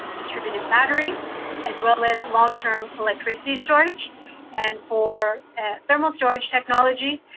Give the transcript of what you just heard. distributed battery as well as long-term electricity storage and for thermal storage technology,